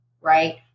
Right